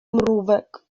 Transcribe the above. mrówek